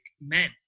men